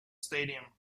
stadium